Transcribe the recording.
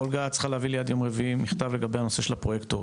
אולגה צריכה להביא לי עד יום רביעי מכתב לגבי הנושא של הפרויקטורים,